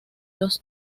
los